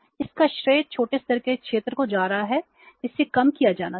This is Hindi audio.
इसका श्रेय छोटे स्तर के क्षेत्र को जा रहा है इसे कम किया जाना चाहिए